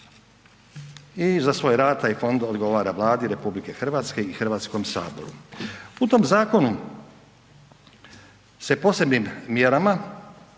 i za svoj rad taj fond odgovara Vladi RH i Hrvatskom saboru. U tom zakonu se posebnim mjerama